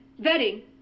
vetting